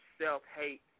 self-hate